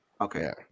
okay